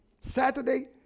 Saturday